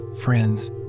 friends